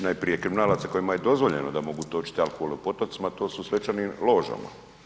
Najprije kriminalaca kojima je dozvoljeno da mogu točiti alkohol u potocima, to su u svečanim ložama.